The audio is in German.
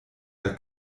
der